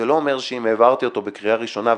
זה לא אומר שאם העברתי אותו בקריאה ראשונה,